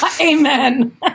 Amen